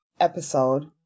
episode